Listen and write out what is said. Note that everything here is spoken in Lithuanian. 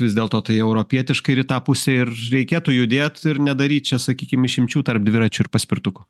vis dėlto tai europietiškai ir į tą pusę ir reikėtų judėt ir nedaryt čia sakykim išimčių tarp dviračių ir paspirtukų